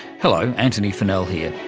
hello, antony funnell here.